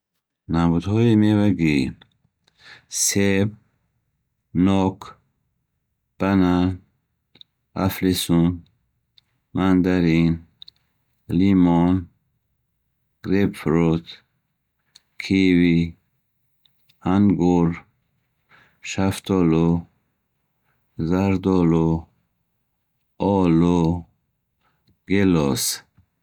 Намудҳои мевагӣ: себ, нок, банан, афлесун, мандарин, лимон, грейпфрут, киви, ангур, шафтолу, зардолу, олу, гелос